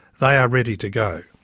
they are ready to go.